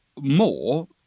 more